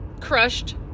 crushed